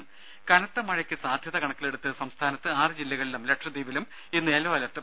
രംഭ കനത്ത മഴയ്ക്ക് സാധ്യത കണക്കിലെടുത്ത് സംസ്ഥാനത്ത് ആറ് ജില്ലകളിലും ലക്ഷദ്വീപിലും ഇന്ന് യെല്ലോ അലർട്ട്